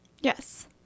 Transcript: Yes